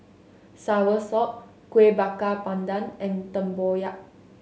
soursop Kueh Bakar Pandan and tempoyak